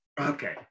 Okay